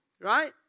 Right